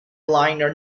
liner